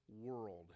world